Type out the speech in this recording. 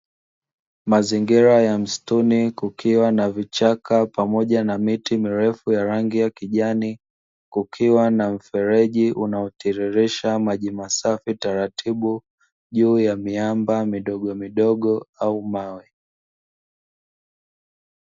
Mazingira ya msituni kukiwa na vichaka pamoja na miti mirefu ya rangi ya kijani, kukiwa na mfereji unaotiririsha maji masafi taratibu juu ya miamba midogo midogo au mawe.